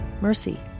mercy